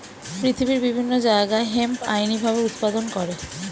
পৃথিবীর বিভিন্ন জায়গায় হেম্প আইনি ভাবে উৎপাদন করে